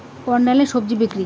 অনলাইনে স্বজি বিক্রি?